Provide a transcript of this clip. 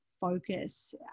focus